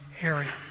area